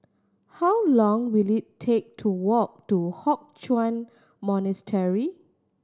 how long will it take to walk to Hock Chuan Monastery